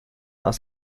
aus